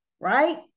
Right